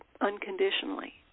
unconditionally